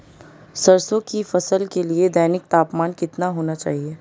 सरसों की फसल के लिए दैनिक तापमान कितना होना चाहिए?